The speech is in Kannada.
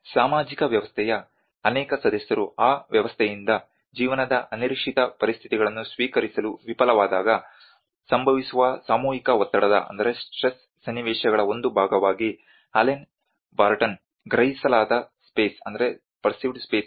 ಸಾಮಾಜಿಕ ವ್ಯವಸ್ಥೆಯ ಅನೇಕ ಸದಸ್ಯರು ಆ ವ್ಯವಸ್ಥೆಯಿಂದ ಜೀವನದ ನಿರೀಕ್ಷಿತ ಪರಿಸ್ಥಿತಿಗಳನ್ನು ಸ್ವೀಕರಿಸಲು ವಿಫಲವಾದಾಗ ಸಂಭವಿಸುವ ಸಾಮೂಹಿಕ ಒತ್ತಡದ ಸನ್ನಿವೇಶಗಳ ಒಂದು ಭಾಗವಾಗಿ ಅಲೆನ್ ಬಾರ್ಟನ್Allen Barton's ಗ್ರಹಿಸಲಾದ ಸ್ಪೇಸ್ ಆಗಿದೆ